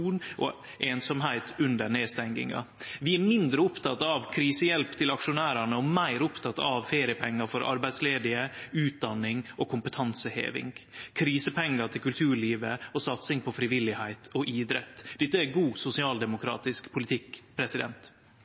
og einsemd under nedstenginga. Vi er mindre opptekne av krisehjelp til aksjonærane og meir opptekne av feriepengar for arbeidsledige, utdanning og kompetanseheving, krisepengar til kulturlivet og satsing på frivilligheit og idrett. Dette er god sosialdemokratisk politikk.